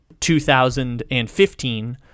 2015